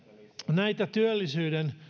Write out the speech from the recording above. näistä työllisyyden